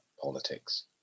politics